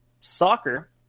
soccer